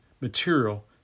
material